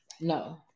no